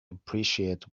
appreciate